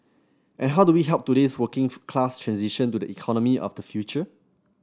and how do we help today's working class transition to the economy of the future